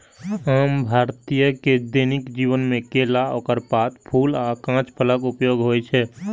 आम भारतीय के दैनिक जीवन मे केला, ओकर पात, फूल आ कांच फलक उपयोग होइ छै